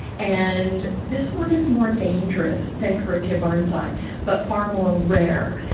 and this one is more dangerous than carukia barnesi but far more rare,